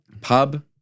Pub